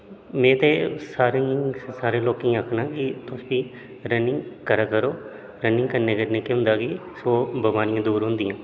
में ते सारे सारे लोकें गी आखना कि तुस बी रनिंग करा करो रनिंग करने कन्नै केह् होंदा कि सौ बमारियां दूर होंदियां